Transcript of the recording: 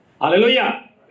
Hallelujah